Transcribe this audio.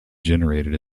generated